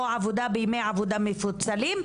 או עבודה בימי עבודה מפוצלים.